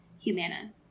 Humana